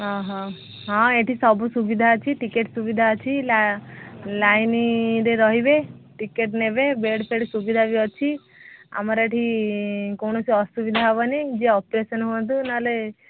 ହଁ ଏଠି ସବୁ ସୁବିଧା ଅଛି ଟିକେଟ୍ ସୁବିଧା ଅଛି ଲାଇନ୍ରେ ରହିବେ ଟିକେଟ୍ ନେବେ ବେଡ଼୍ଫେଡ଼୍ ସୁବିଧା ବି ଅଛି ଆମର ଏଠି କୌଣସି ଅସୁବିଧା ହେବନି ଯିଏ ଅପରେସନ୍ ହୁଅନ୍ତୁ ନହେଲେ